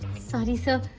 sorry sir,